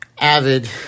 Avid